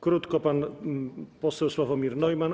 Krótko pan poseł Sławomir Neumann.